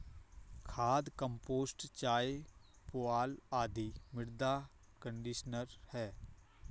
खाद, कंपोस्ट चाय, पुआल आदि मृदा कंडीशनर है